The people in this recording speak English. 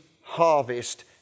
harvest